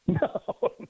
No